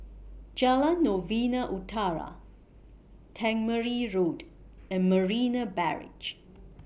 Jalan Novena Utara Tangmere Road and Marina Barrage